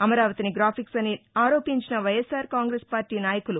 అమరావతిని గ్రాఫిక్స్ అని ఆరోపించిన వైఎస్ఆర్ కాంగ్రెస్ పార్టీ నాయకులు